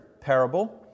parable